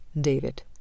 David